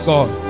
God